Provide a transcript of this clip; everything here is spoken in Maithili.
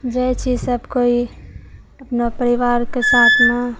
जाइ छी सभ कोइ अपना परिवारके साथमे